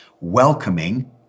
welcoming